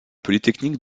polytechnique